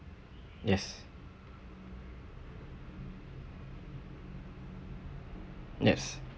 yes yes